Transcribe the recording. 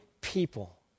people